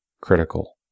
critical